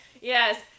Yes